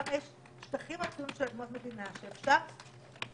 יש שטחים עצומים של אדמות מדינה שאפשר לתפוס.